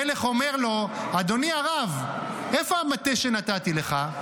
המלך אומר לו: אדוני הרב, איפה המטה שנתתי לך?